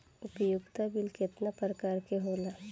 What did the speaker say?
उपयोगिता बिल केतना प्रकार के होला?